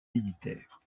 militaires